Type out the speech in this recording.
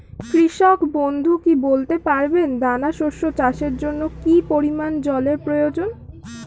কৃষক বন্ধু কি বলতে পারবেন দানা শস্য চাষের জন্য কি পরিমান জলের প্রয়োজন?